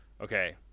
Okay